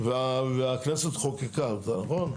והכנסת חוקקה אותה, נכון?